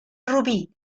rubí